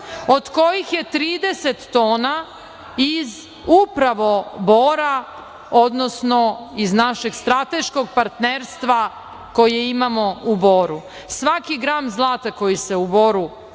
od kojih je 30 tona iz upravo Bora, odnosno iz našeg strateškog partnerstva koje imamo u Boru. Svaki gram zlata koji se u Boru